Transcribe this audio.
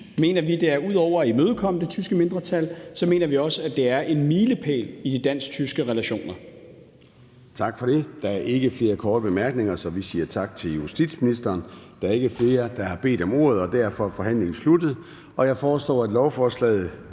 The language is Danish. i historiens lys ud over at imødekomme det tyske mindretal er en milepæl i de dansk-tyske relationer. Kl. 14:04 Formanden (Søren Gade): Tak for det. Der er ikke flere korte bemærkninger, så vi siger tak til justitsministeren. Der er ikke flere, der har bedt om ordet, og derfor er forhandlingen sluttet. Jeg foreslår, at lovforslaget